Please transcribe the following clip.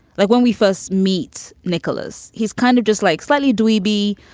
like when we first meets nicholas, he's kind of just like slightly dweeby.